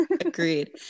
Agreed